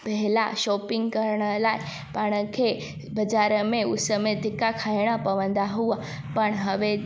पहिरां शॉपिंग करण लाइ पाण खे बाज़ारि में उस में धिखा खाइणा पवंदा हुआ पण हाणे